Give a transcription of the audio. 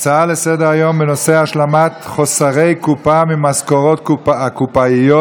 הצעה לסדר-היום בנושא: השלמת חוסרי קופה ממשכורות הקופאיות,